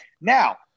Now